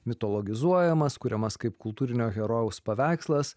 mitologizuojamas kuriamas kaip kultūrinio herojaus paveikslas